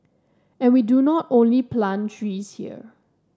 and we do not only plant trees here